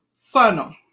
funnel